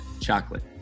chocolate